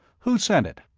who sent it?